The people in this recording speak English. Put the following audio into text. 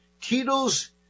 Tito's